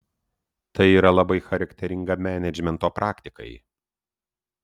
tai yra labai charakteringa menedžmento praktikai